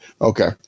okay